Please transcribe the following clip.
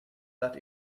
that